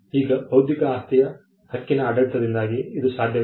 ಈಗ ಬೌದ್ಧಿಕ ಆಸ್ತಿಯ ಹಕ್ಕಿನ ಆಡಳಿತದಿಂದಾಗಿ ಇದು ಸಾಧ್ಯವಿದೆ